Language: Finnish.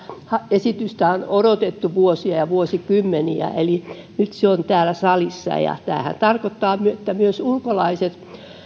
esitystä on odotettu vuosia ja vuosikymmeniä ja nyt se on täällä salissa ja tämähän tarkoittaa että myös ulkolaiset